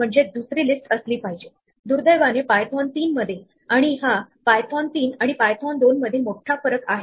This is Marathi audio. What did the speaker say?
म्हणून जर मागील लिस्टमध्ये सेट मध्ये लाल काळा आणि हिरवा रंग असे आहे आणि जर आपण विचारले की इथे या रंगांमध्ये काळा रंग आहे का